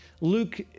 Luke